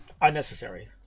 unnecessary